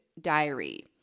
diary